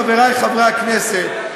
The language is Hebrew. חברי חברי הכנסת,